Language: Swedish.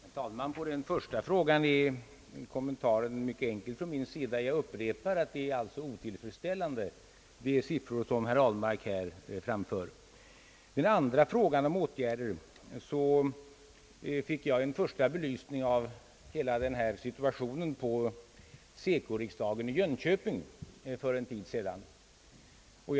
Herr talman! Beträffande herr Ahlmarks första fråga är kommentaren mycket enkel från min sida. Jag upprepar att de siffror som herr Ahlmark här framfört är otillfredsställande. Beträffande den andra frågan om åtgärder fick jag vid SECO-riksdagen i Jönköping för en tid sedan en första belysning av hela denna situation.